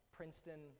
Princeton